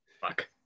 Fuck